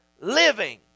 living